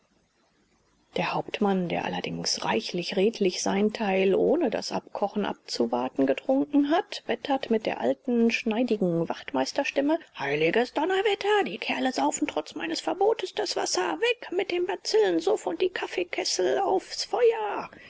der hauptmann der allerdings reichlich redlich sein teil ohne das abkochen abzuwarten getrunken hat wettert mit der alten schneidigen wachtmeisterstimme heiliges donnerwetter die kerle saufen trotz meines verbotes das wasser weg mit dem bazillensuff und die kaffeekessel aufs feuer